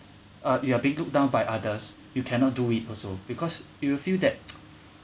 uh you are being looked down by others you cannot do it also because you will feel that